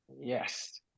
Yes